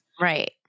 right